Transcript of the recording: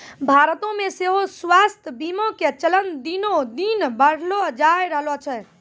भारतो मे सेहो स्वास्थ्य बीमा के चलन दिने दिन बढ़ले जाय रहलो छै